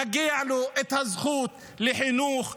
ומגיעה לו הזכות לחינוך,